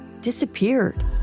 disappeared